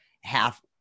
half